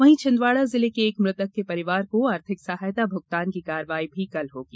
वहीं छिंदवाड़ा जिले के एक मृतक के परिवार को आर्थिक सहायता भुगतान की कार्यवाही भी कल होगी